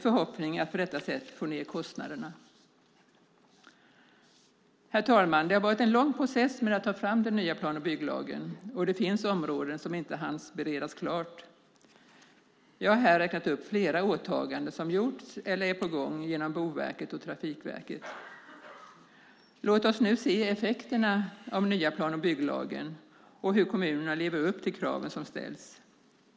Förhoppningen är att på detta sätt få ned kostnaderna. Herr talman! Det har varit en lång process att ta fram den nya plan och bygglagen. Det finns områden som inte hann beredas klart. Jag har här räknat upp flera åtaganden som gjorts eller är på gång genom Boverket och Trafikverket. Låt oss nu se effekterna av den nya plan och bygglagen och hur kommunerna lever upp till kraven som ställs!